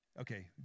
Okay